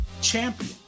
champion